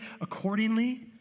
accordingly